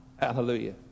Hallelujah